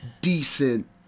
decent